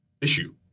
issue